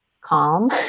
calm